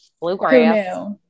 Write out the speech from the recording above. bluegrass